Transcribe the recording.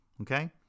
Okay